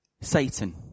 Satan